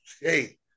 Hey